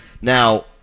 Now –